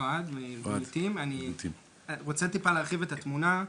אני רוצה להרחיב את התמונה.